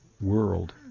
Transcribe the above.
world